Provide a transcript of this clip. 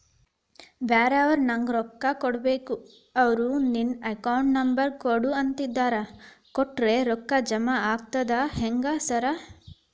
ಬ್ಯಾರೆವರು ನಂಗ್ ರೊಕ್ಕಾ ಕೊಡ್ಬೇಕು ಅವ್ರು ನಿನ್ ಅಕೌಂಟ್ ನಂಬರ್ ಕೊಡು ಅಂತಿದ್ದಾರ ಕೊಟ್ರೆ ರೊಕ್ಕ ಜಮಾ ಆಗ್ತದಾ ಹೆಂಗ್ ಸಾರ್?